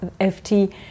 ft